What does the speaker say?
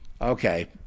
Okay